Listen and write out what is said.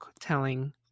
telling